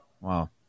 Wow